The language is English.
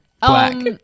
Black